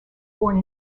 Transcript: born